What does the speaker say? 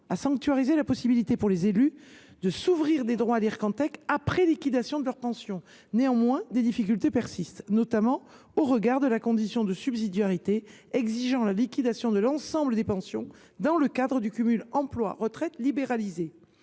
a sanctuarisé la possibilité pour les élus d’ouvrir des droits à l’Ircantec après la liquidation de leur pension. Néanmoins, des difficultés persistent, notamment au regard de la condition de subsidiarité exigeant la liquidation de l’ensemble des pensions dans le cadre du cumul emploi retraite libéralisé.